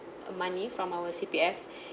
money from our C_P_F